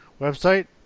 website